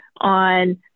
on